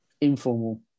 Informal